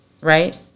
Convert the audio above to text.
right